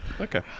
Okay